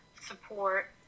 support